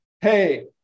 hey